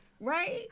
Right